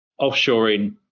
offshoring